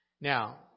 Now